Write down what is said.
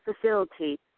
facility